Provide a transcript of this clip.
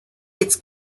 its